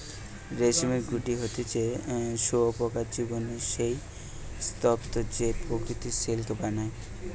রেশমের গুটি হতিছে শুঁয়োপোকার জীবনের সেই স্তুপ যে প্রকৃত সিল্ক বানায়